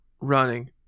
running